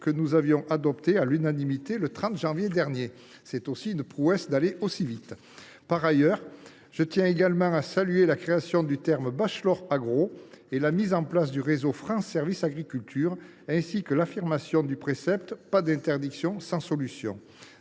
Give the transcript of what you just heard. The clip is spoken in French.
que nous avions adoptée à l’unanimité le 30 janvier dernier. Là aussi, c’est une prouesse d’aller aussi vite ! Par ailleurs, je tiens également à saluer la création du bachelor agro et la mise en place du réseau France Services agriculture, ainsi que l’affirmation du précepte « pas d’interdiction sans solution ».